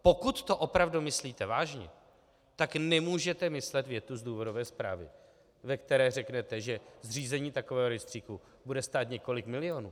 Pokud to opravdu myslíte vážně, tak nemůžete myslet větu z důvodové zprávy, ve které řeknete, že zřízení takového rejstříku bude stát několik milionů.